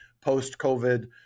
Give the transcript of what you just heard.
post-COVID